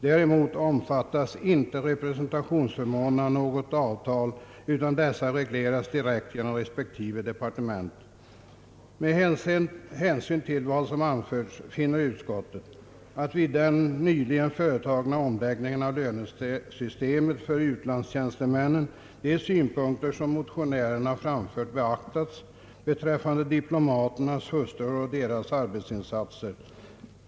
Däremot omfattas icke representationsförmånerna av något avtal, utan dessa regleras direkt genom respektive departement. Med hänsyn till vad som anförts finner utskottet att vid den nyligen företagna omläggningen av lönesystemet för utlandstjänstemännen de synpunkter som motionärerna framfört beaktats beträffande diplomaternas hustrur och deras arbetsinsatser.